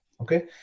okay